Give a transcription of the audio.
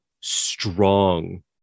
strong